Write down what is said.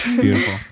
beautiful